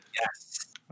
yes